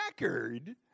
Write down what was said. record